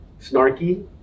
snarky